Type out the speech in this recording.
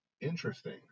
interesting